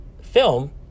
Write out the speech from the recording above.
film